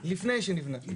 לפני שנבנה.